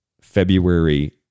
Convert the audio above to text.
February